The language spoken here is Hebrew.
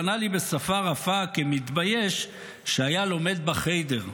וענה לי בשפה רפה כמתבייש שהיה לומד בחיידר.